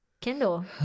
Kindle